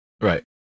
right